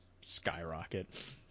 skyrocket